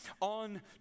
on